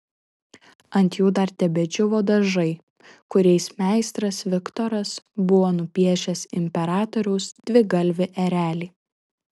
ant jų dar tebedžiūvo dažai kuriais meistras viktoras buvo nupiešęs imperatoriaus dvigalvį erelį